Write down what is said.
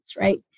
right